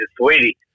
sweetie